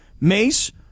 Mace